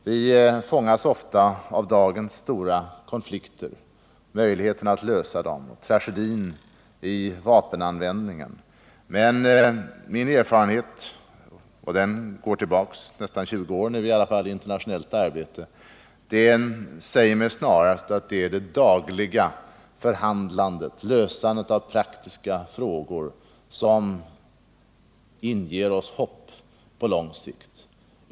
Vi fångas ofta av dagens stora konflikter, möjligheterna att lösa dem och tragedin i vapenanvändningen. Men min erfarenhet av internationellt arbete, och den går nästan 20 år tillbaka, säger mig snarast att det är det dagliga förhandlandet och lösandet av praktiska frågor som inger oss hopp på lång sikt.